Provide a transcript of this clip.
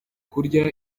kurya